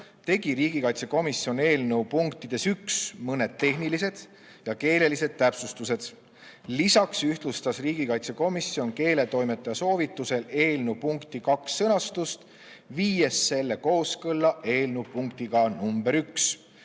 tegi riigikaitsekomisjon eelnõu punktis 1 mõned tehnilised ja keelelised täpsustused. Lisaks ühtlustas riigikaitsekomisjon keeletoimetaja soovitusel eelnõu punkti 2 sõnastust, viies selle kooskõlla eelnõu punktiga 1, ja